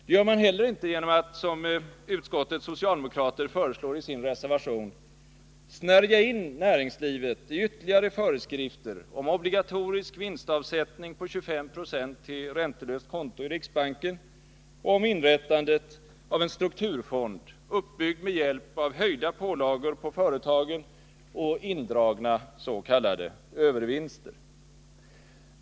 Det gör man heller inte genom att — som utskottets socialdemokrater föreslår i sin reservation — snärja in näringslivet i ytterligare föreskrifter om obligatorisk vinstavsättning på 25 9 till räntelöst konto i riksbanken och om inrättandet av en strukturfond, uppbyggd med hjälp av höjda pålagor på företagen och indragnas.k. övervinster.